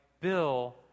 Bill